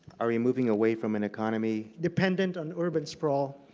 are we moving away from an economy dependant on urban sprawl?